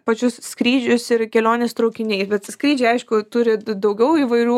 pačius skrydžius ir keliones traukiniais bet skrydžiai aišku turi d daugiau įvairių